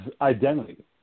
identity